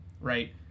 right